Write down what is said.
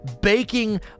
baking